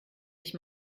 sich